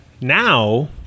now